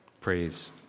Praise